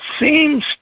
seems